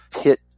hit